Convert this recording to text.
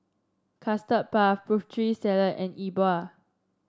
Custard Puff Putri Salad and E Bua